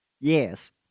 Yes